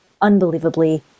unbelievably